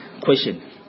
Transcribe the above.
question